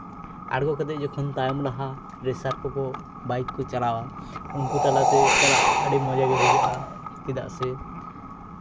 ᱟᱲᱜᱳ ᱠᱟᱛᱮᱜ ᱡᱚᱠᱷᱚᱱ ᱛᱟᱭᱚᱢ ᱞᱟᱦᱟ ᱨᱮᱥᱟᱨ ᱠᱚᱠᱚ ᱪᱟᱞᱟᱣᱟ ᱩᱱᱠᱩ ᱛᱟᱞᱟᱛᱮ ᱪᱟᱞᱟᱜ ᱟᱹᱰᱤ ᱢᱚᱡᱟᱜᱮ ᱵᱩᱡᱷᱟᱹᱜᱼᱟ ᱪᱮᱫᱟᱜ ᱥᱮ